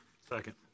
Second